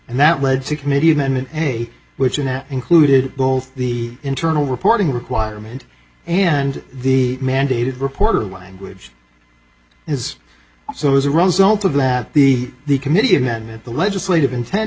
and that led to committee amendment a which and that included both the internal reporting requirement and the mandated reporter language as so as a result of that the the committee amendment the legislative intent